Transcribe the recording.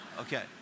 Okay